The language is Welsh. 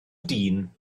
dyn